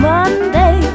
Monday